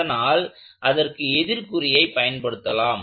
அதனால் அதற்கு எதிர்க்குறியை பயன்படுத்தலாம்